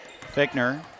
Fickner